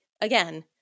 again